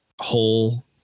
whole